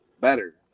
better